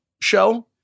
show